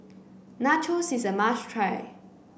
nachos is a must try